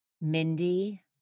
Mindy